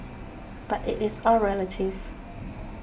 but it is all relative